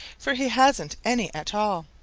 for he hasn't any at all.